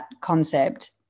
concept